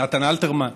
נתן אלתרמן.